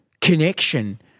connection